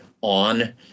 on